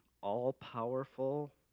all-powerful